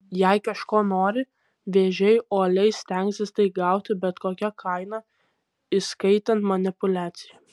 jei kažko nori vėžiai uoliai stengsis tai gauti bet kokia kaina įskaitant manipuliaciją